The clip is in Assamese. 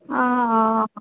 অ অ